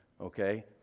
okay